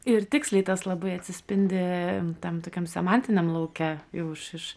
ir tiksliai tas labai atsispindi tam tokiam semantiniam lauke jau iš iš